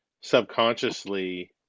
subconsciously